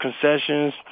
concessions